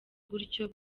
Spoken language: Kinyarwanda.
gutyo